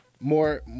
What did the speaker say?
more